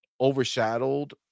overshadowed